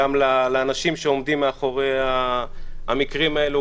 גם על האנשים שעומדים מאחורי המקרים האלו,